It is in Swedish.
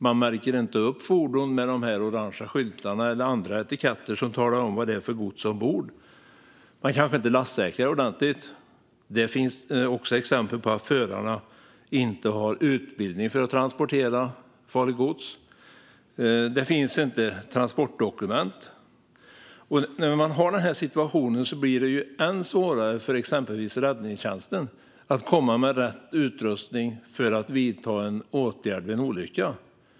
Man märker inte upp fordonen med orange skyltar eller andra etiketter som talar om vad det är för gods ombord. Man kanske inte lastsäkrar ordentligt. Det finns också exempel på att förarna inte har utbildning för att transportera farligt gods. Det kanske saknas transportdokument. I det läget är det ännu svårare för exempelvis räddningstjänsten att komma med rätt utrustning vid en olycka.